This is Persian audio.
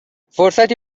فرصتی